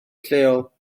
lleol